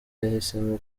yahisemo